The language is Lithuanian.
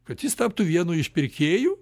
kad jis taptų vienu iš pirkėjų